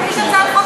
הצעת חוק,